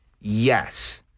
yes